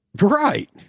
Right